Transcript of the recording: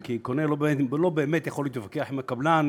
כי קונה לא באמת יכול להתווכח עם הקבלן